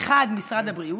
האחד, משרד הבריאות,